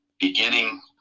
beginning